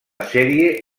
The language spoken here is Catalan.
sèrie